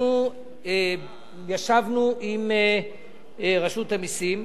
אנחנו ישבנו עם רשות המסים,